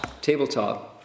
tabletop